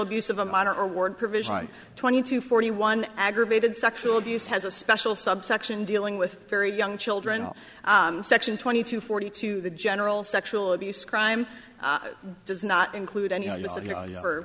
abuse of a minor or word provision twenty two forty one aggravated sexual abuse has a special subsection dealing with very young children on section twenty two forty two the general sexual abuse crime does not include any o